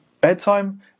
bedtime